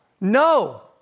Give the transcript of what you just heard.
No